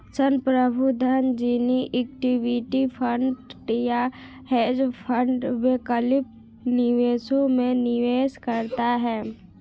संप्रभु धन निजी इक्विटी फंड या हेज फंड वैकल्पिक निवेशों में निवेश करता है